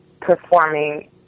performing